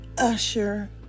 Usher